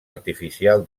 artificial